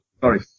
sorry